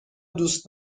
دوست